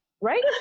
right